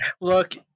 Look